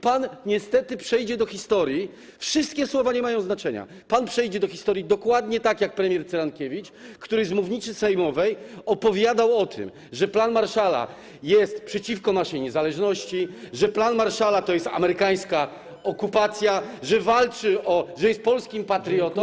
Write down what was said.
Pan niestety przejdzie do historii - wszystkie słowa nie mają znaczenia - pan przejdzie do historii dokładnie tak jak premier Cyrankiewicz, który z mównicy sejmowej opowiadał o tym, że plan Marshalla jest przeciwko naszej niezależności, że plan Marshalla to jest amerykańska okupacja, że jest polskim patriotą.